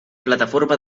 plataforma